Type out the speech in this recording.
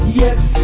yes